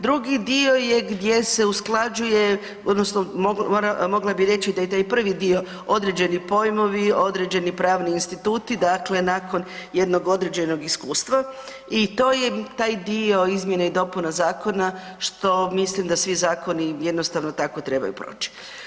Drugi dio gdje se usklađuje odnosno mogla bi reći da je i taj prvi dio određeni pojmovi, određeni pravni instituti dakle nakon jednog određenog iskustva i to je taj dio izmjene i dopuna zakona što mislim da svi zakoni jednostavno tako trebaju proći.